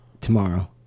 Tomorrow